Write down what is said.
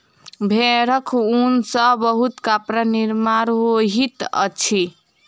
भेड़क ऊन सॅ बहुत कपड़ा निर्माण होइत अछि